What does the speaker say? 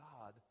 God